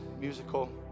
musical